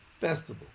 festival